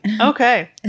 Okay